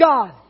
God